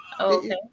Okay